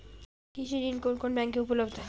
কৃষি ঋণ কোন কোন ব্যাংকে উপলব্ধ?